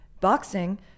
Boxing